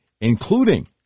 including